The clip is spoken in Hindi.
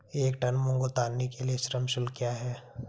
एक टन मूंग उतारने के लिए श्रम शुल्क क्या है?